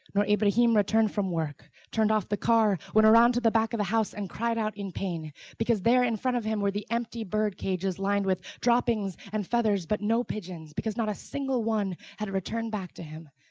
noor ebrahim returned from work, turned off the car, went around to the back of the house and cried out in pain because there in front of him were the empty bird cages lined with droppings and feathers, but no pigeons because not a single one had returned back to him.